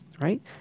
right